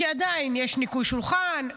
כי עדיין יש ניקוי שולחן,